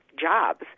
jobs